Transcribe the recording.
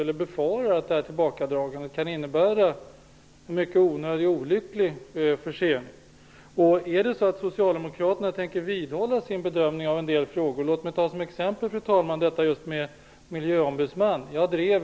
Jag befarar att tillbakadragandet kan innebära en mycket onödig och olycklig försening. Jag vill som exempel nämna detta med miljöombudsman.